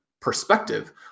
perspective